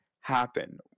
happen